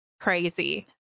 crazy